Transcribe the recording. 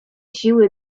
siły